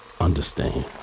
understand